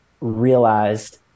realized